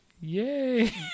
yay